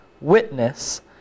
witness